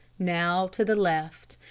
now to the left.